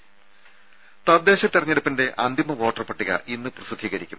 രും തദ്ദേശ തെരഞ്ഞെടുപ്പിന്റെ അന്തിമ വോട്ടർ പട്ടിക ഇന്ന് പ്രസിദ്ധീകരിക്കും